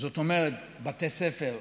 זאת אומרת בתי ספר טובים,